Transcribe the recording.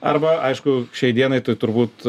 arba aišku šiai dienai tai turbūt